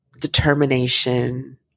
determination